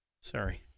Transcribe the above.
Sorry